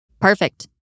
Perfect